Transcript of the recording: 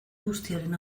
guztiaren